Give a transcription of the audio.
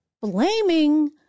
blaming